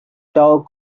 doug